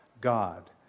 God